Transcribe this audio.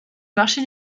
marché